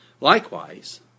Likewise